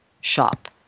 shop